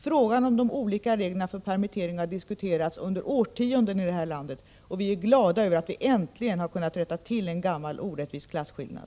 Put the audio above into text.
Frågan om de olika reglerna för permittering har i det här landet diskuterats under årtionden, och vi är glada över att vi äntligen har kunnat ta bort en gammal orättvis klasskillnad.